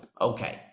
okay